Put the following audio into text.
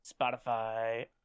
Spotify